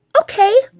Okay